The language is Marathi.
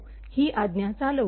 o ही आज्ञा चालऊ